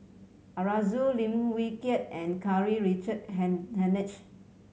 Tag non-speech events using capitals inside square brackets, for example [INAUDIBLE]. Arasu Lim Wee Kiak and Karl Richard [UNINTELLIGIBLE] Hanitsch